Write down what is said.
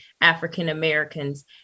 African-Americans